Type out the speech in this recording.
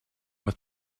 with